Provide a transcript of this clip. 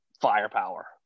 firepower